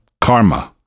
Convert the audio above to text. Karma